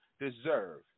deserve